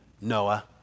Noah